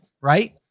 right